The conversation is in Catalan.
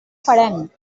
farem